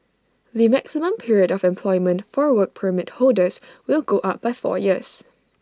the maximum period of employment for Work Permit holders will go up by four years